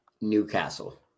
Newcastle